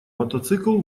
мотоцикл